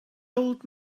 old